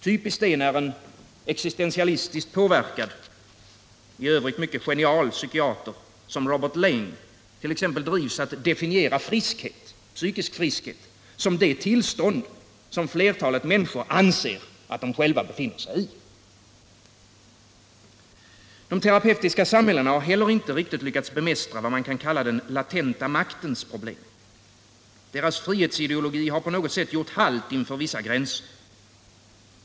Typiskt är när en existentialistiskt påverkad, i övrigt mycket genial psykiater som Robert Laing drivs att definiera psykisk friskhet som det tillstånd som flertalet människor anser att de själva befinner sig i. De terapeutiska samhällena har heller inte riktigt lyckats bemästra vad man kan kalla den latenta maktens problem. Deras frihetsideologi har på något sätt gjort halt inför vissa gränser.